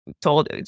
told